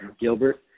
Gilbert